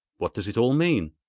what does it all mean?